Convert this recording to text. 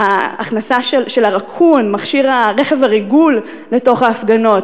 ההכנסה של ה"רקון", רכב הריגול, לתוך ההפגנות.